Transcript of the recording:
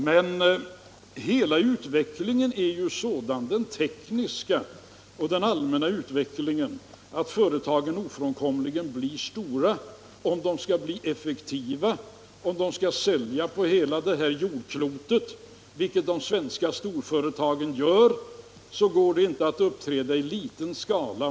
Men hela den tekniska och den allmänna utvecklingen är ju sådan att företagen ofrånkomligen måste bli stora för att kunna vara effektiva. Om de skall sälja över hela jordklotet, vilket de svenska storföretagen gör, kan de inte uppträda i liten skala.